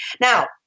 Now